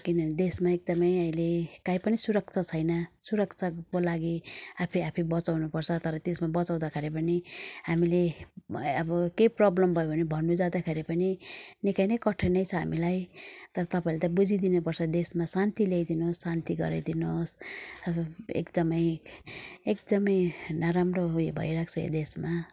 किनभने एकदमै देशमा अहिले काहीँ पनि सुरक्षा छैन सुरक्षाको लागि आफै आफै बचाउनुपर्छ तर त्यसमा बचाउँदाखेरि पनि हामीले नयाँ अब केही प्रब्लम भयो भने भन्नु जाँदाखेरि पनि निकै नै कठिनै छ हामीलाई तर तपाईँले त बुझिदिनुपर्छ देशमा शान्ति ल्याइदिनुहोस् शान्ति गराइदिनुहोस् अब एकदमै एकदमै नराम्रो उयो भइरहेको छ यो देशमा